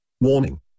Warning